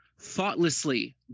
thoughtlessly